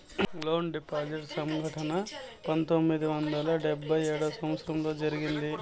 loan default సంఘటన పంతొమ్మిది వందల డెబ్భై ఏడవ సంవచ్చరంలో జరిగింది